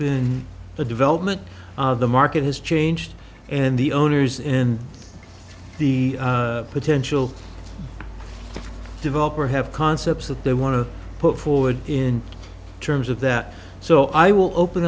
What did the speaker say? been a development of the market has changed and the owners in the potential developer have concepts that they want to put forward in terms of that so i will open